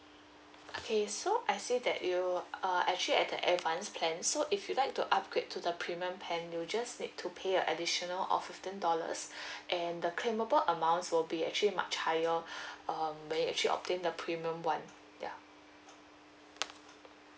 okay so I see that you uh uh actually at the advance plan so if you like to upgrade to the premium plan you just need to pay an additional of fifteen dollars and the claimable amounts will be actually much higher um when you actually obtain the premium [one] ya